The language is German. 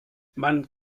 man